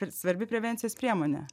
svarbi prevencijos priemonė